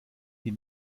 die